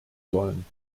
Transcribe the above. sollen